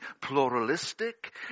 pluralistic